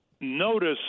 notice